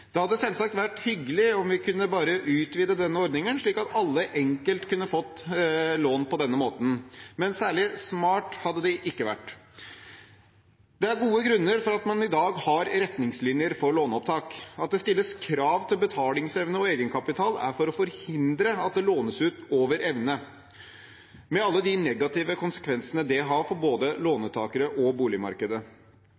Det hadde selvsagt vært hyggelig om vi bare kunne utvidet denne ordningen, slik at alle enkelt kunne fått lån på denne måten, men særlig smart hadde det ikke vært. Det er gode grunner for at man i dag har retningslinjer for låneopptak. At det stilles krav til betalingsevne og egenkapital, skal forhindre at man låner over evne – med alle de negative konsekvensene det har for både